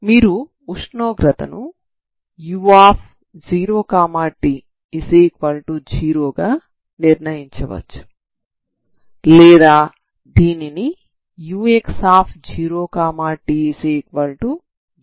మీరు ఉష్ణోగ్రతను u0t0 గా నిర్ణయించవచ్చు లేదా దీనిని ux0t0 గా ఇన్సులేట్ చేయవచ్చు